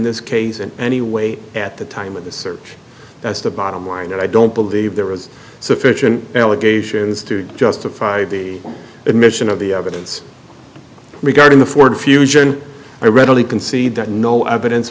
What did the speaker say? this case in any way at the time of the search that's the bottom line and i don't believe there was sufficient allegations to justify the admission of the evidence regarding the ford fusion i readily concede that no evidence